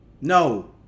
no